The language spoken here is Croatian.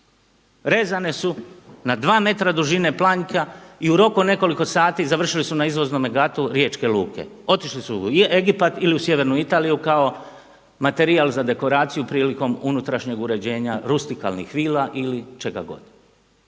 Rezane su na dva metra dužine planjka i u roku od nekoliko sati završili su na izvoznome gatu riječke luke. Otišli su u Egipat ili u sjevernu Italiju kao materijal za dekoraciju prilikom unutrašnjeg uređenja, rustikalnih vila ili čega god.